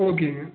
ஓகேங்க